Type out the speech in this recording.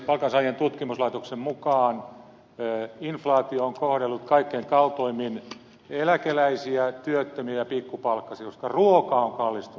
palkansaajien tutkimuslaitoksen mukaan inflaatio on kohdellut kaikkein kaltoimmin eläkeläisiä työttömiä ja pikkupalkkaisia koska ruoka on kallistunut niin paljon